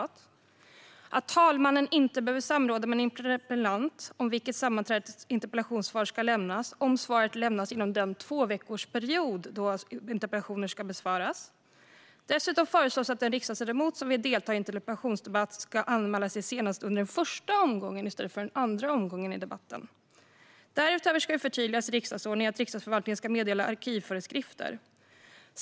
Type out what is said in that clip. Det föreslås också att talmannen inte behöver samråda med en interpellant om vid vilket sammanträde ett interpellationssvar ska lämnas om svaret lämnas inom den tvåveckorsperiod då interpellationer ska besvaras. Dessutom föreslås att den riksdagsledamot som vill delta i en interpellationsdebatt ska anmäla sig senast under den första omgången i debatten, i stället för under den andra omgången. Därutöver ska det förtydligas i riksdagsordningen att Riksdagsförvaltningen ska meddela arkivföreskrifter.